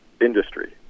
industry